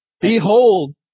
Behold